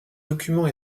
documents